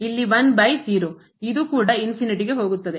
ಇಲ್ಲಿ 1 by 0 ಇದು ಕೂಡ ಗೆ ಹೋಗುತ್ತದೆ